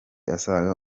asaga